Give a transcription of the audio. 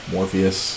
Morpheus